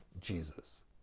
Jesus